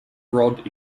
rod